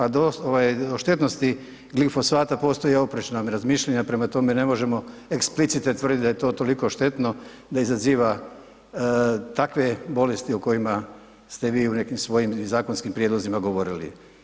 A o štetnosti glifosata postoje oprečna razmišljanja, prema tome ne možemo eksplicitet tvrditi da je to toliko štetno da izaziva takve bolesti o kojima ste vi u nekim svojim i zakonskim prijedlozima govorili.